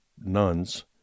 nuns